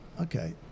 Okay